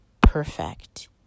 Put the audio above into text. perfect